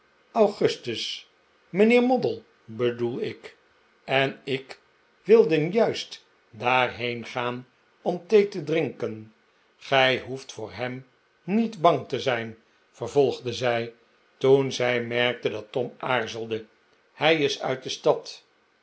augustus mijnheer moddle bedoel ik en ik wilden juist daarheen gaan om thee te drinken gij hoeft voor hem niet bang te zijn vervolgde zij toen zij merkte dat tom aarzelde hij is uit de stad